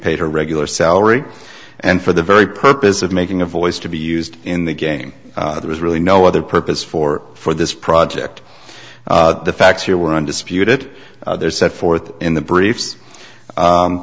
paid her regular salary and for the very purpose of making a voice to be used in the game there was really no other purpose for for this project the facts here were undisputed there set forth in the briefs